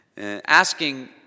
Asking